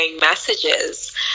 messages